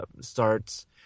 starts